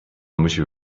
myśl